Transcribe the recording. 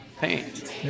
paint